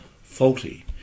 faulty